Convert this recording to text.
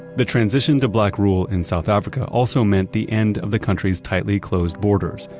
the transition to black rule in south africa also meant the end of the country's tightly closed borders,